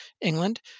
England